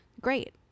great